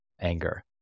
anger